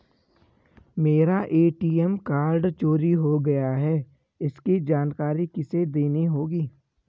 मेरा ATM card चोरी हो गया है इसकी जानकारी किसे देनी होगी?